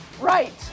Right